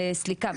וסליקה.